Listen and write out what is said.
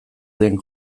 den